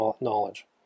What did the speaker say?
knowledge